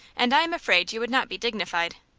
and i am afraid you would not be dignified.